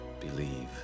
Believe